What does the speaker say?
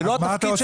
זה לא התפקיד שלהם.